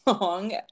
long